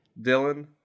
Dylan